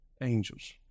angels